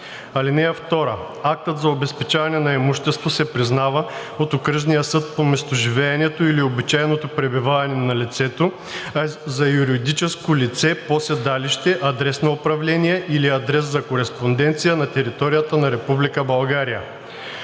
(2) Актът за обезпечаване на имущество се признава от окръжния съд по местоживеенето или обичайното пребиваване на лицето, а за юридическото лице – по седалище, адрес на управление или адрес за кореспонденция на територията на